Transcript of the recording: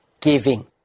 giving